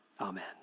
Amen